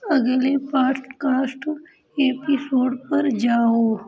अगले podcast episode पर जाओ